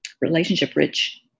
relationship-rich